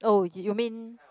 oh you mean